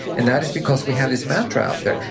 and that is because we have this mantra out there,